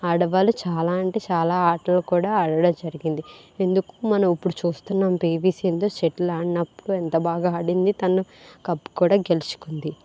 ఆడవాళ్లు చాలా అంటే చాలా ఆటలు కూడా ఆడడం జరిగింది ఎందుకు మనం ఇప్పుడు చూస్తున్నాం పీవి సింధు షటిల్ ఆడిన్నప్పుడు ఎంత బాగా ఆడింది తను కప్పు కూడా గెలుచుకుంది